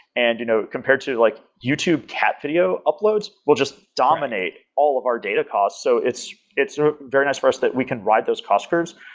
and you know compared to like youtube cat video uploads will just dominate all of our data costs. so it's it's very nice for us that we can ride those cost curves,